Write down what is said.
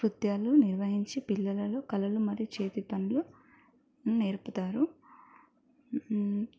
కృత్యాలు నిర్వహించి పిల్లలకు కళలు మరీ చేతి పనులు నేర్పుతారు